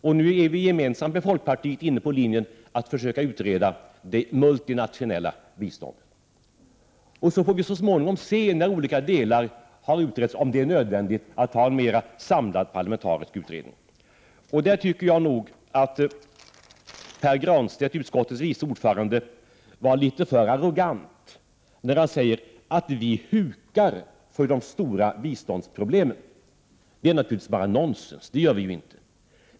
Nu är vi socialdemokrater gemensamt med folkpartiet inne på linjen att försöka utreda det multinationella biståndet, och så får vi så småningom se, när olika delar har utretts, om det är nödvändigt att göra en mera samlad parlamentarisk utredning. Därför tycker jag att Pär Granstedt, utskottets vice ordförande, var litet för arrogant, när han sade att vi hukar för de stora biståndsproblemen. Det är naturligtvis bara nonsens. Det gör vi ju inte.